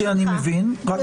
אני מבין, רק